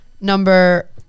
number